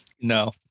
No